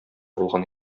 булган